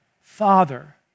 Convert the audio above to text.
Father